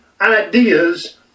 ideas